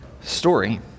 story